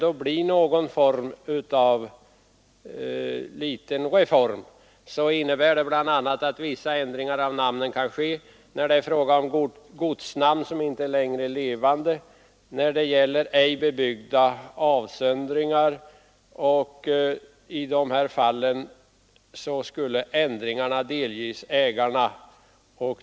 Den lilla reform som nu genomförs innebär bl.a. att vissa ändringar av namnet kan ske när det gäller ortnamn som inte längre är levande och när det gäller ej bebyggda avstyckningar. I dessa fall skall ändringsbesluten delges ägarna.